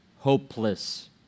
Hopeless